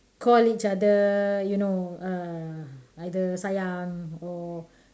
call each other you know uh either sayang or